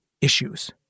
issues